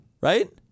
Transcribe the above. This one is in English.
right